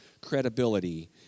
credibility